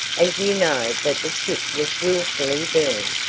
as you know that the ship was wilfully burned,